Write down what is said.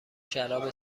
شراب